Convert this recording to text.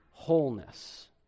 wholeness